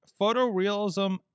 photorealism